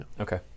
okay